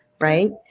Right